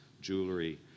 jewelry